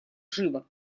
живо